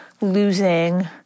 losing